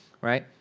right